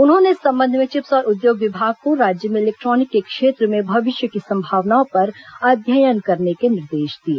उन्होंने इस संबंध में चिप्स और उद्योग विभाग को राज्य में इलेक्ट्रॉनिक के क्षेत्र में भविष्य की संभावनाओं पर अध्ययन करने के निर्देश दिए